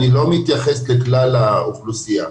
אני לא מתייחס לכלל האוכלוסייה.